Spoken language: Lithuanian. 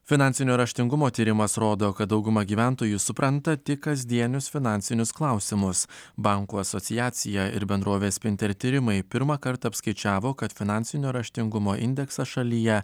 finansinio raštingumo tyrimas rodo kad dauguma gyventojų supranta tik kasdienius finansinius klausimus bankų asociacija ir bendrovės sprinter tyrimai pirmą kartą apskaičiavo kad finansinio raštingumo indeksas šalyje